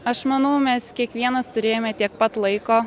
aš manau mes kiekvienas turėjome tiek pat laiko